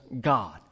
God